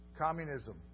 Communism